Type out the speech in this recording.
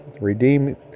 redeem